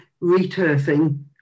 re-turfing